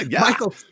Michael